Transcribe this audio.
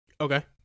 Okay